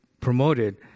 promoted